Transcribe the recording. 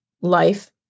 life